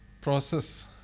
process